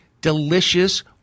Delicious